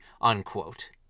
unquote